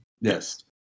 yes